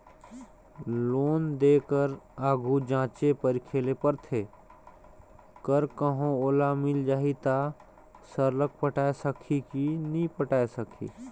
loan देय कर आघु जांचे परखे ले परथे कर कहों ओला मिल जाही ता सरलग पटाए सकही कि नी पटाए सकही